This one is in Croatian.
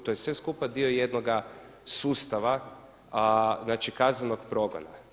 To je sve skupa dio jednoga sustava znači kaznenog progona.